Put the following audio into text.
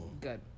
good